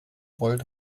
wollt